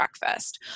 breakfast